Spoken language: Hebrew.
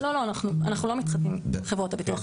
לא, לא, אנחנו לא מתחתנים עם חברות הביטוח.